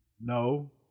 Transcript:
No